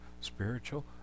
spiritual